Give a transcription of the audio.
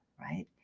right